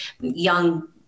young